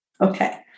Okay